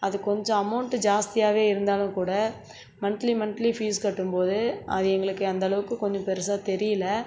அது கொஞ்சம் அமௌண்ட்டு ஜாஸ்தியாகவே இருந்தாலும் கூட மந்த்லி மந்த்லி ஃபீஸ் கட்டும்போது அது எங்களுக்கு அந்த அளவுக்கு கொஞ்சம் பெருசாக தெரியல